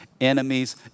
enemies